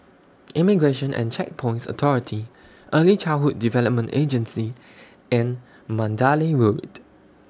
Immigration and Checkpoints Authority Early Childhood Development Agency and Mandalay Road